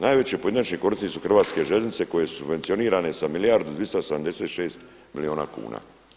Najveći pojedinačni korisnici su Hrvatske željeznice koje subvencionirane sa milijardu i 286 milijuna kuna.